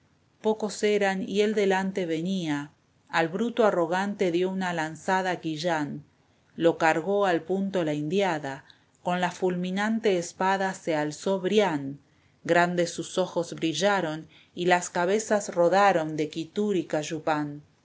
raza esteban echbveeef a t ven ía al bruto arrogante dio una lanzada quillán lo cargó al punto la indiada con la fulminante espada se alzó brian grandes sus ojos brillaron y las cabezas rodaron de quitur y callupán